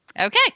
Okay